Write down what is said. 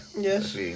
Yes